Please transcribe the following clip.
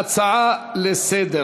הופכת להצעה לסדר-היום.